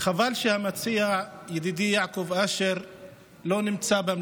חבל שהמציע, ידידי יעקב אשר, לא נמצא במליאה.